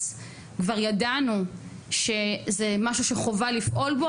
כבר ידענו שזה משהו שחובה לפעול בו,